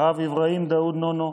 הרב איברהים דאוד נונו,